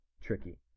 tricky